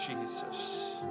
Jesus